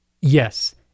yes